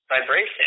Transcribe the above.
vibration